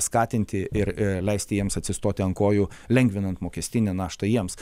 skatinti ir leisti jiems atsistoti ant kojų lengvinant mokestinę naštą jiems